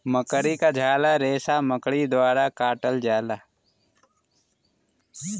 मकड़ी क झाला रेसा मकड़ी द्वारा काटल जाला